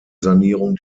sanierung